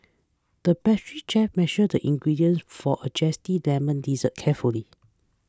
the pastry chef measured the ingredients for a Zesty Lemon Dessert carefully